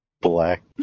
Black